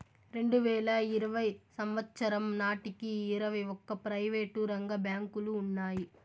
రెండువేల ఇరవై సంవచ్చరం నాటికి ఇరవై ఒక్క ప్రైవేటు రంగ బ్యాంకులు ఉన్నాయి